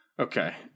Okay